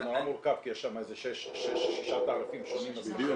זה נורא מורכב כי יש שם ששה תעריפים שונים אז -- בדיוק,